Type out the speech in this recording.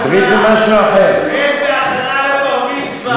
הן בהכנה לבר-מצווה,